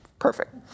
Perfect